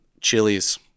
Chilies